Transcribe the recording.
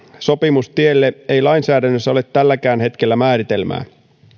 sopimustielle ei lainsäädännössä ole tälläkään hetkellä määritelmää